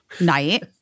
night